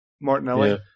Martinelli